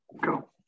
Go